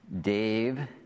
Dave